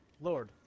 Lord